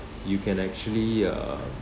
you can actually uh